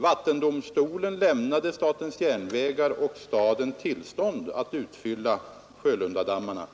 Vattendomstolen lämnade statens järnvägar och staden tillstånd att utfylla Sjölundadammarna.